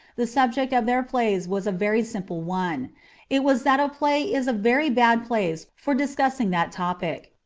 the subject of their plays was a very simple one it was that a play is a very bad place for discussing that topic.